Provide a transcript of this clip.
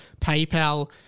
PayPal